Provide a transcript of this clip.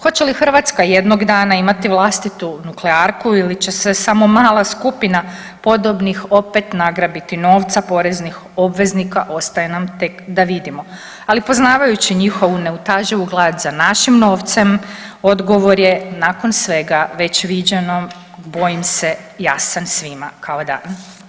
Hoće li Hrvatska jednog dana imati vlastitu nuklearku ili će se samo mala skupina podobnih opet nagrabiti novca poreznih obveznika ostaje nam tek da vidimo ali poznavajući njihovu neutaživu glad za našim novcem odgovor je nakon svega već viđeno, bojim se jasan svima kao dan.